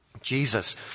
Jesus